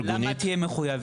רגע, למה תהיה מחויבים?